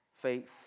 faith